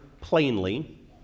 plainly